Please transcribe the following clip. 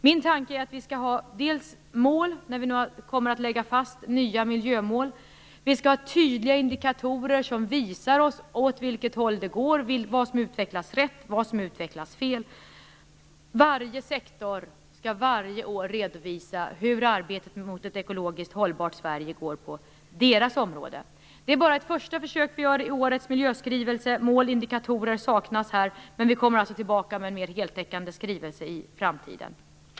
Min tanke är att vi skall ha mål - vi kommer nu att lägga fast nya miljömål - och tydliga indikatorer som visar oss åt vilket håll det går och vad som utvecklas rätt och fel. Varje sektor skall varje år redovisa hur arbetet mot ett ekologiskt hållbart Sverige går på dess område. Det är bara ett första försök vi gör i årets miljöskrivelse - mål och indikatorer saknas här - men vi kommer alltså tillbaka med en mer heltäckande skrivelse i framtiden.